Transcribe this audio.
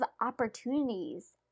opportunities